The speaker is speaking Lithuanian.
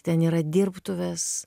ten yra dirbtuvės